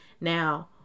Now